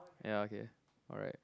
ya okay alright